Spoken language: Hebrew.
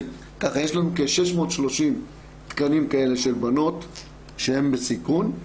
יש לנו כ-630 תקנים כאלה של בנות שהן בסיכון,